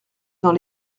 dans